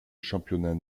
championnat